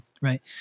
right